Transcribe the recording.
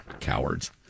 Cowards